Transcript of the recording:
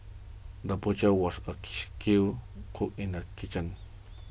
the butcher was a skilled cook in the kitchen